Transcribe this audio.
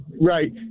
Right